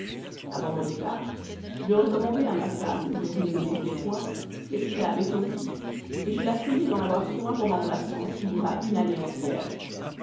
avant mon départ je recommandai à ma femme dont je ne me défiais point l'esclave et son fils et je la priai d'en avoir soin pendant mon absence qui dura une année entière